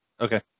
okay